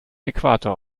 äquator